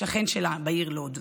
שכן שלה, בעיר לוד.